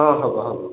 ହଁ ହେବ ହେବ